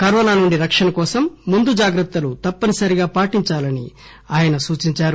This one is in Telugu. కరోనా నుండి రక్షణ కోసం ముందు జాగ్రత్తలు తప్పనిసరిగా పాటించాలని ఆయన సూచించారు